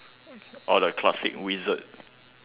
all the classic wizard